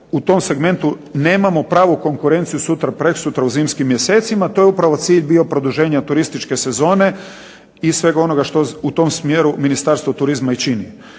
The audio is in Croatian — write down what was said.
u tom segmentu nemamo pravu konkurenciju sutra preksutra u zimskim mjesecima. To je upravo cilj bio produženja turističke sezone i svega onoga što u tom smjeru Ministarstvo turizma i čini.